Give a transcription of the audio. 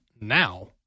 now